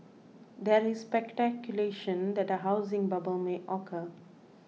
there is speculation that a housing bubble may occur